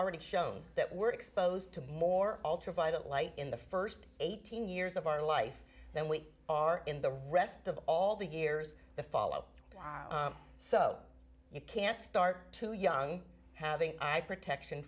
already shown that we're exposed to more ultraviolet light in the st eighteen years of our life busy than we are in the rest of all the years the follow so you can't start to young having protection